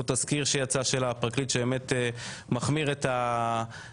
יש פה תזכיר של הפרקליט שבאמת מחמיר את היחס.